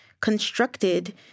constructed